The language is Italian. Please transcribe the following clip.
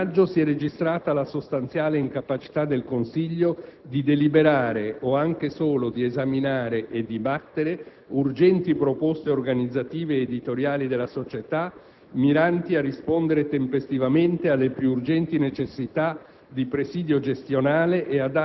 Ancora lo scorso mese di maggio si è registrata la sostanziale incapacità del Consiglio di deliberare (o anche solo di esaminare e dibattere) urgenti proposte organizzative ed editoriali della società, miranti a rispondere tempestivamente alle più urgenti necessità